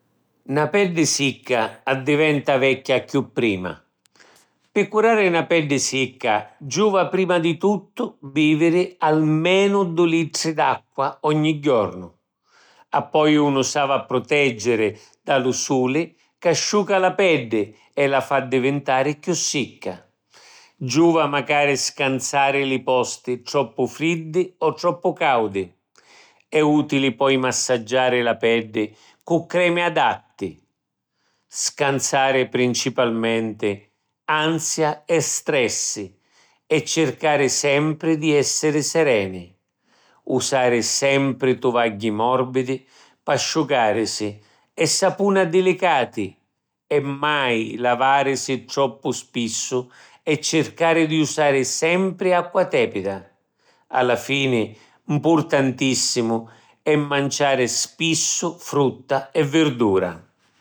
Na peddi sicca addiventa vecchia chiù prima. Pi curari na peddi sicca giuva prima di tuttu bìviri almenu du’ litra d’acqua ogni jornu. Appoi unu s’havi a prutèggiri da lu suli ca asciuca la peddi e la fa addivintari chiù sicca. Giuva macari scansari li posti troppu friddi o troppu càudi. È ùtili poi massaggiari la peddi cu cremi adatti. Scansari principalmenti ansia e stressi e circari sempri di èssiri sereni. Usari sempri tuvagghi mòrbidi p’asciucàrisi e sapuna dilicati, e mai lavàrisi troppu spissu e circari di usari sempri acqua tèpida. A la fini, mpurtantìssimu, è manciari spissu frutta e virdura.